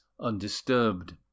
undisturbed